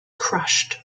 crushed